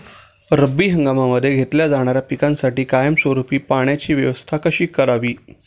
रब्बी हंगामामध्ये घेतल्या जाणाऱ्या पिकांसाठी कायमस्वरूपी पाण्याची व्यवस्था कशी करावी?